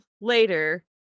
later